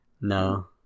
No